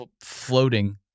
floating